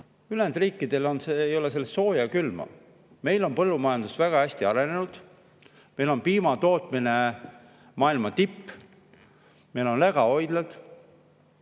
Ülejäänud riikidel ei ole sellest sooja ega külma. Meil on põllumajandus väga hästi arenenud. Meil on piimatootmise tase maailma tipus. Meil on lägahoidlad,